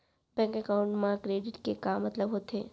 Bank account मा credit के का मतलब होथे?